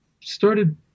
started